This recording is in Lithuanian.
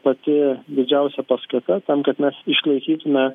pati didžiausia paskata tam kad mes išklausytume